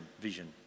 vision